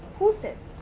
who said?